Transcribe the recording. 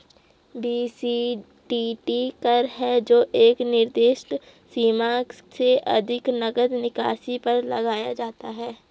BCTT कर है जो एक निर्दिष्ट सीमा से अधिक नकद निकासी पर लगाया जाता है